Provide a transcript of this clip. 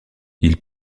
ils